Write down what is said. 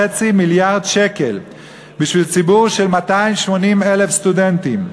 מיליארד שקל בשביל ציבור של 280,000 סטודנטים,